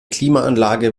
klimaanlage